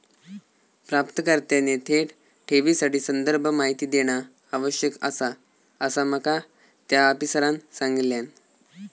प्राप्तकर्त्याने थेट ठेवीसाठी संदर्भ माहिती देणा आवश्यक आसा, असा माका त्या आफिसरांनं सांगल्यान